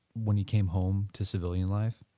when he came home to civilian life?